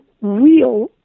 real